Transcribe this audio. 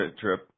trip